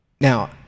Now